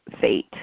fate